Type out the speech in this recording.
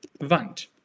Wand